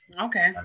Okay